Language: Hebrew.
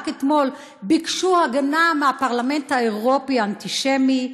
רק אתמול ביקשו הגנה מהפרלמנט האירופי האנטישמי,